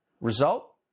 Result